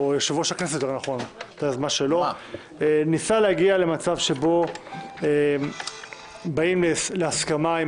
ביוזמת יושב-ראש הכנסת שבו הוא ניסה להגיע למצב שבו מגיעים להסכמה עם